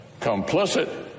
complicit